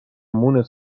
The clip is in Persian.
مونس